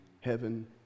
heaven